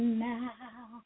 now